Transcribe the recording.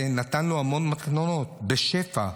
הוא נתן לו המון מתנות, בשפע,